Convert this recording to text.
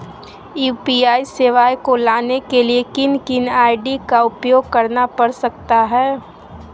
UPI सेवाएं को लाने के लिए किन किन आई.डी का उपयोग करना पड़ सकता है?